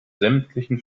sämtlichen